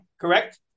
correct